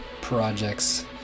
projects